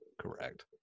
Correct